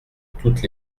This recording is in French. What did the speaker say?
toutes